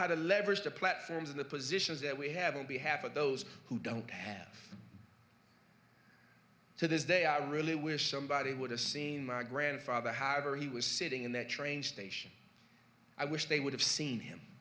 how to leverage the platforms of the positions that we have and behalf of those who don't have to this day i really wish somebody would have seen my grandfather however he was sitting in that train station i wish they would have seen him